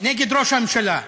נגד ראש הממשלה,